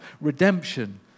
redemption